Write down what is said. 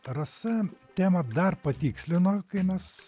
rasa temą dar patikslino kai mes